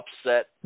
upset